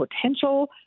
potential